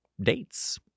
dates